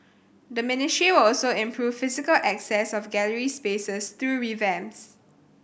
the ministry will also improve physical access of gallery spaces through revamps